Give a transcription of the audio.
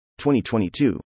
2022